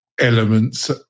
elements